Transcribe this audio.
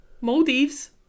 Maldives